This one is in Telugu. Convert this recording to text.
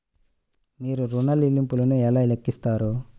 మీరు ఋణ ల్లింపులను ఎలా లెక్కిస్తారు?